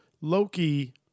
Loki